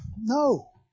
no